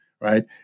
right